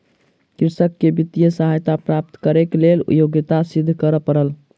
कृषक के वित्तीय सहायता प्राप्त करैक लेल योग्यता सिद्ध करअ पड़ल